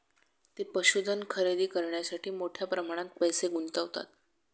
ते पशुधन खरेदी करण्यासाठी मोठ्या प्रमाणात पैसे गुंतवतात